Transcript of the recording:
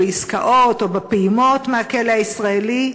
בעסקאות או בפעימות מהכלא הישראלי,